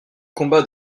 combats